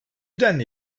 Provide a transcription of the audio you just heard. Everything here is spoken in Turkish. denli